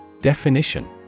Definition